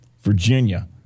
Virginia